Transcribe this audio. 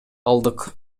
алдык